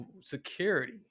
security